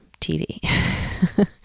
TV